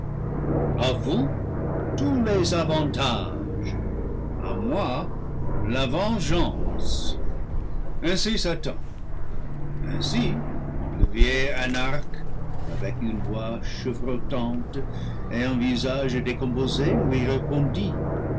a vous tous les avantages à moi la ven geance ainsi satan ainsi le vieil anarque avec une voix chevrotante et un visage décomposé lui répondit